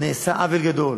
עוול גדול.